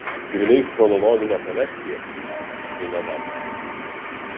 grynai chronologinė kolekcija tai ne darbas